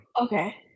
okay